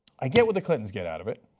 i get what the clintons get out of it,